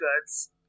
goods